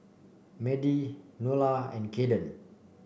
Madie Nola and Kaiden